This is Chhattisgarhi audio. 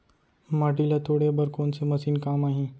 माटी ल तोड़े बर कोन से मशीन काम आही?